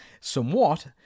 somewhat